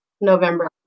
November